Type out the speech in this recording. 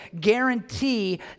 Guarantee